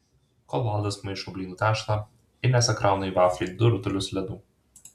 kol valdas maišo blynų tešlą inesa krauna į vaflį du rutulius ledų